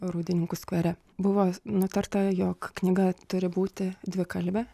rūdininkų skvere buvo nutarta jog knyga turi būti dvikalbė